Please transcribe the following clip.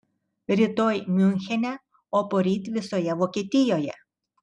rytoj miunchene o poryt visoje vokietijoje